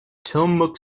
tillamook